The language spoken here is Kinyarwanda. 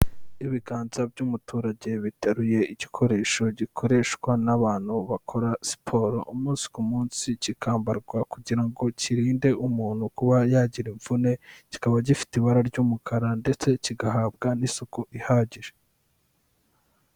Ibiganza by'umuturage biteruye igikoresho gikoreshwa n'abantu bakora siporo, umunsi ku munsi, kikambarwa kugira ngo kirinde umuntu kuba yagira imvune, kikaba gifite ibara ry'umukara ndetse kigahabwa n'isuku ihagije.